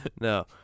No